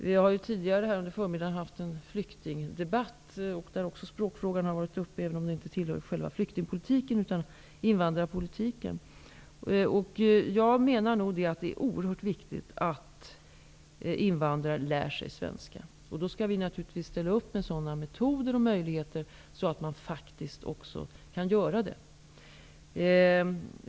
Vi har tidigare under förmiddagen haft en flyktingdebatt där också språkfrågan har varit uppe, även om den inte tillhör själva flyktingpolitiken, utan invandrarpolitiken. Jag menar att det är oerhört viktigt att invandrare lär sig svenska. Vi skall naturligtvis ställa upp med sådana metoder och möjligheter att de faktiskt kan göra det.